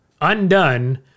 undone